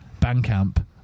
Bandcamp